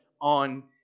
on